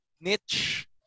niche